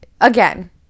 again